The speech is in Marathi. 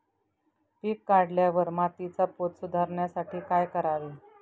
पीक काढल्यावर मातीचा पोत सुधारण्यासाठी काय करावे?